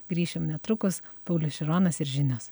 grįšim netrukus paulius šironas ir žinios